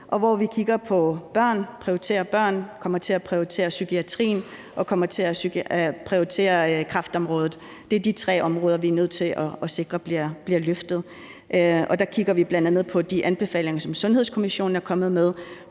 prioritere børn og kommer til at prioritere psykiatrien og kommer til at prioritere kræftområdet. Det er de tre områder, vi er nødt til at sikre bliver løftet. Der kigger vi bl.a. på de anbefalinger, som Sundhedskommissionen er kommet med,